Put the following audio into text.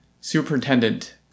Superintendent